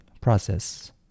process